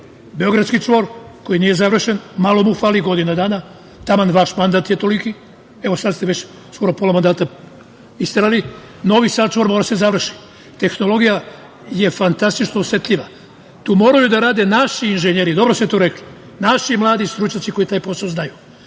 Beogradski čvor, koji nije završen, malo mu fali, godinu dana, taman je vaš mandat toliki, evo sad ste već pola mandata isterali, Novi Sad čvor, mora da se završi. Tehnologija je fantastično osetljiva. Tu moraju da rade naši inženjeri, dobro ste to rekli, naši mladi stručnjaci koji taj posao znaju.